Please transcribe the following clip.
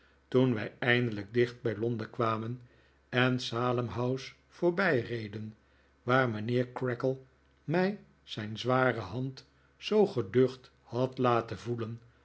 toen wij eindelijk dicht bij londen jswamen en salem house voorbijreden waar mijnheer creakle mij zijn zware hand zoo geducht had laten voelen